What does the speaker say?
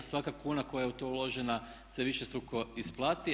Svaka kuna koja je u to uložena se višestruko isplati.